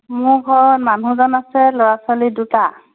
মোৰ ঘৰত মানুহজন আছে ল'ৰা ছোৱালী দুটা